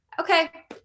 Okay